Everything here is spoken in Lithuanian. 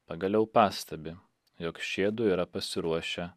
pagaliau pastebi jog šiedu yra pasiruošę